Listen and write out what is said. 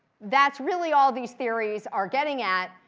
that's really all these theories are getting at.